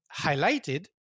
highlighted